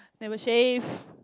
never shave